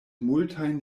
multajn